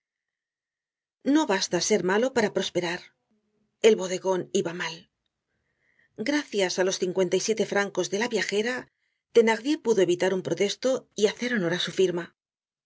no basta ser malo para prosperar el bodegon iba mal gracias á los cincuenta y siete francos de la viajera thenardier pudo evitar un protesto y hacer honor á su firma